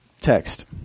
text